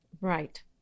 Right